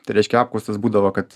tai reikšia apkaustas būdavo kad